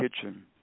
Kitchen